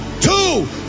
two